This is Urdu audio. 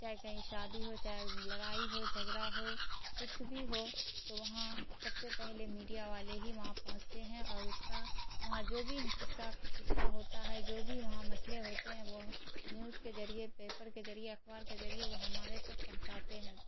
چاہے کہیں شادی ہو چاہے لڑائی ہو جھگڑا ہو کچھ بھی ہو تو وہاں سب سے پہلے میڈیا والے ہی وہاں پہنچتے ہیں اور اس کا وہاں جو بھی حصہ حصہ ہوتا ہے جو بھی وہاں مسئلے ہوتے ہیں وہ نیوج کے ذریعے پیپر کے ذریعے اخبار کے ذریعے وہ ہمارے تک پہنچاتے ہیں